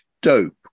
Dope